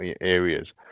areas